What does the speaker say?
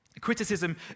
Criticism